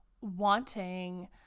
wanting